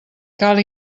cal